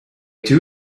two